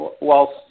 whilst